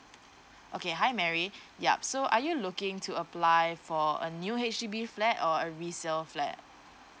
okay hi mary yup so are you looking to apply for a new H_D_B flat or a resale flat